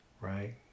right